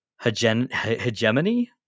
hegemony